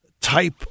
type